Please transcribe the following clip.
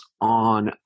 on